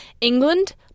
England